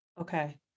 Okay